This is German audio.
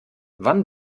wann